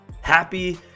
Happy